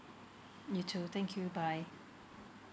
you too thank you bye